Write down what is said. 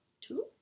Two